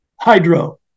hydro